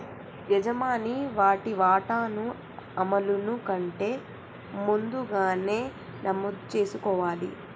యజమాని వాటి వాటాను అమలును కంటే ముందుగానే నమోదు చేసుకోవాలి